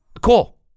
cool